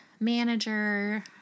manager